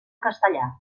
castellà